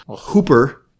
Hooper